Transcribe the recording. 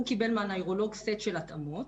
הוא קיבל מהנוירולוג סט של התאמות,